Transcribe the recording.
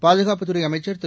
பாதுகாப்புதுறைஅமைச்சர்திரு